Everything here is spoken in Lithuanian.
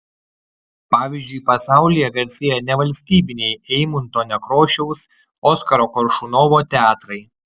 pavyzdžiui pasaulyje garsėja nevalstybiniai eimunto nekrošiaus oskaro koršunovo teatrai